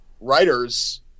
writers